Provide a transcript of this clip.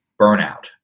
burnout